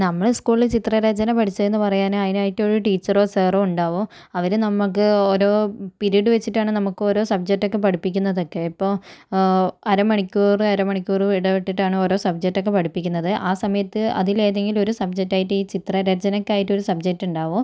നമ്മള് സ്കൂളില് ചിത്ര രചന പഠിച്ചെന്ന് പറയാൻ അതിനായിട്ടൊരു ടീച്ചറോ സാറോ ഉണ്ടാവും അവര് നമുക്ക് ഓരോ പീരീഡ് വച്ചിട്ടാണ് നമുക്കോരോ സബ്ജക്റ്റൊക്കെ പഠിപ്പിക്കുന്നതൊക്കെ ഇപ്പോൾ അരമണിക്കൂറ് അരമണിക്കൂറ് ഇടവിട്ടിട്ടാണ് ഓരോ സബ്ജക്റ്റൊക്കെ പഠിപ്പിക്കുന്നത് ആ സമയത്ത് അതിലേതെങ്കിലും ഒരു സബ്ജക്റ്റായിട്ട് ഈ ചിത്ര രചനക്കായിട്ട് ഒരു സബ്ജക്റ്റുണ്ടാവും